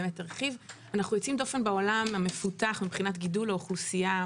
אנחנו יוצאים דופן בעולם המפותח מבחינת גידול האוכלוסייה,